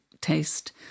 taste